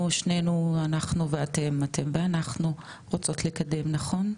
אנחנו ואתם אתם ואנחנו רוצות לקדם נכון?